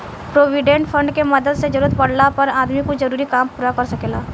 provident fund के मदद से जरूरत पाड़ला पर आदमी कुछ जरूरी काम पूरा कर सकेला